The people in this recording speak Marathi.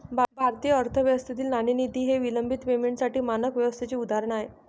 भारतीय अर्थव्यवस्थेतील नाणेनिधी हे विलंबित पेमेंटसाठी मानक व्यवस्थेचे उदाहरण आहे